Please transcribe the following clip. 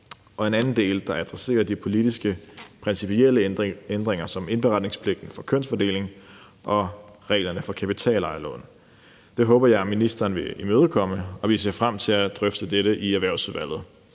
og en anden del, der adresserer de politiske principielle ændringer som indberetningspligten for kønsfordeling og reglerne for kapitalejerlån. Det håber jeg ministeren vil imødekomme, og vi ser frem til at drøfte dette i Erhvervsudvalget.